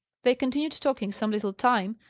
they continued talking some little time,